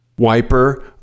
wiper